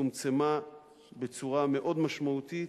צומצמה בצורה מאוד משמעותית.